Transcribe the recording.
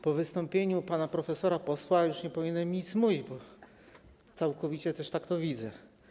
Po wystąpieniu pana profesora posła już nie powinienem nic mówić, bo całkowicie też tak to widzę.